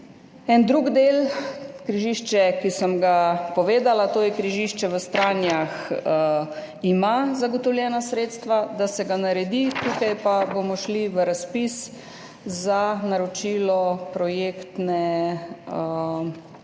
en drug del, križišče, ki sem ga povedala, to je križišče v Stranjah, zagotovljena sredstva, da se ga naredi, tukaj pa bomo šli v razpis za naročilo projektne